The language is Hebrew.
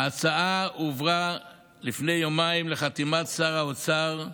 ההצעה הועברה לפני יומיים לחתימת שר האוצר.